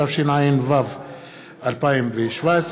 התשע"ו 2017,